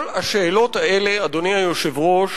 כל השאלות האלה, אדוני היושב-ראש,